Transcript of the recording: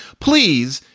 please,